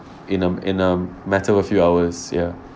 in a in a matter of a few hours ya